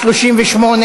התשע"ד